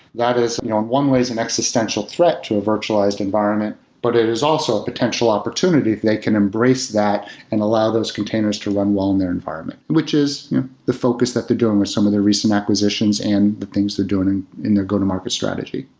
that is you know one way is an existential threat to a virtualized environment, but it is also a potential opportunity if they can embrace that and allow those containers to run well in their environment, which is the focus that they're doing with some of their recent acquisitions and the things they're doing in their go-to market strategy.